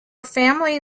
family